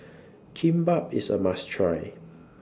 Kimbap IS A must Try